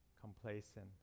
complacent